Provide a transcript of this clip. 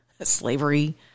Slavery